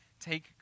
Take